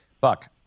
Buck